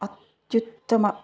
ಅತ್ಯುತ್ತಮ